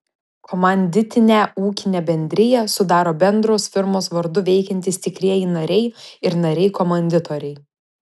komanditinę ūkinę bendriją sudaro bendros firmos vardu veikiantys tikrieji nariai ir nariai komanditoriai